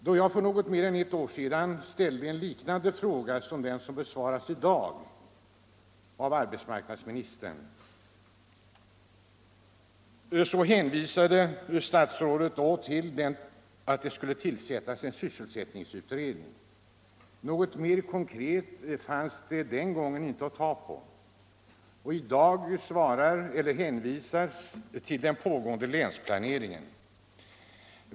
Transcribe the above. Då jag för något mer än ett år sedan ställde en fråga, liknande den som besvaras i dag, hänvisade arbetsmarknadsministern till att det då skulle tillsättas en sysselsättningsutredning. Något mer konkret fanns det den gången inte att ta på. Och i dag hänvisas till den pågående länsplaneringen.